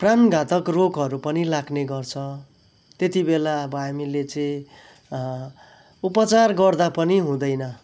प्राणघातक रोगहरू नि लाग्ने गर्छ त्यति बेला अब हामीले चाहिँ उपचार गर्दा पनि हुँदैन